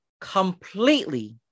completely